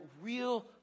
real